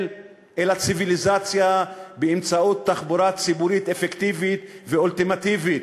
אל הציוויליזציה באמצעות תחבורה ציבורית אפקטיבית ואולטימטיבית?